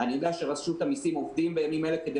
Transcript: אני יודע שרשות המסים עובדים בימים האלה כדי